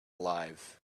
alive